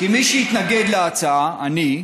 כמי שהתנגד להצעה אני,